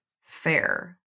fair